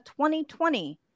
2020